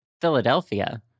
Philadelphia